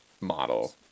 model